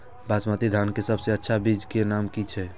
बासमती धान के सबसे अच्छा बीज के नाम की छे?